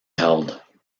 held